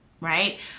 right